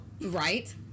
right